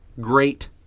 great